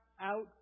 out